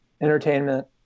entertainment